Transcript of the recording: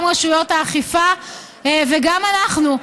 גם רשויות האכיפה וגם אנחנו,